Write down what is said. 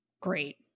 great